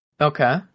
Okay